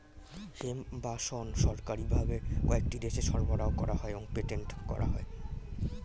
hemp বা শণ সরকারি ভাবে কয়েকটি দেশে সরবরাহ করা হয় এবং পেটেন্ট করা হয়